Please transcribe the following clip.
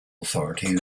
authority